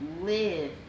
live